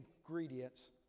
ingredients